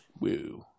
Woo